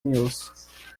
news